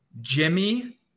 Jimmy